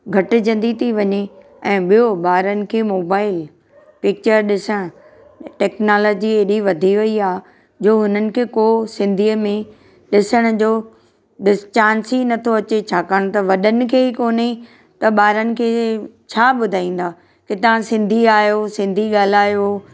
घटिजंदी थी वञे ऐं ॿियो ॿारनि खे मोबाइल पिक्चर ॾिसणु टेक्नोलॉजी एॾी वधी वई आहे जो हुननि खे को सिंधीअ में ॾिसण जो चांस ई नथो अचे छाकाणि त वॾनि खे ई कोन्हे त ॿारनि खे छा ॿुधाईंदा की तव्हां सिंधी आहियो सिंधी ॻाल्हायो